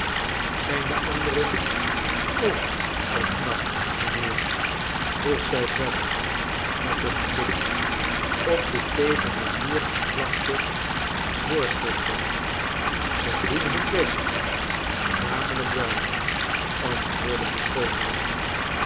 zijn de anderen ook al knap mijnheer vroeg zij verder met een blik op de tegen den muur geplakte voorschriften zij doen hun best tamelijk wel antwoordde de